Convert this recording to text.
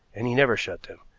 and he never shut them.